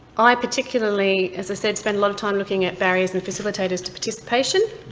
i particularly, as i said, spent a lot of time looking at barriers and facilitators to participation.